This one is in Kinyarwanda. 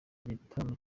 gitaramo